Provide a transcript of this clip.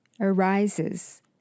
arises